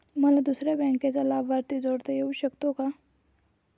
मला दुसऱ्या बँकेचा लाभार्थी जोडता येऊ शकतो का?